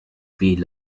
free